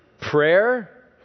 Prayer